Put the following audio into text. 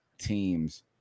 teams